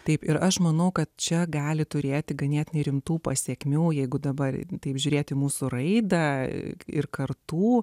taip ir aš manau kad čia gali turėti ganėtinai rimtų pasekmių jeigu dabar taip žiūrėti mūsų raidą ir kartų